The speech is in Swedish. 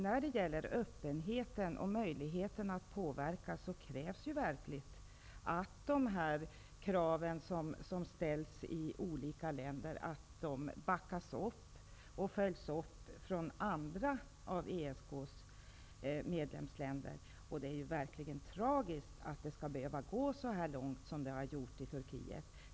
När det gäller öppenheten och möjligheten att påverka, krävs det verkligen att de krav som ställs i olika länder backas upp och följs upp av andra av ESK:s medlemsländer. Det är tragiskt att det skall behöva gå så långt som det har gjort i Turkiet.